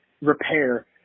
repair